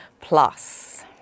plus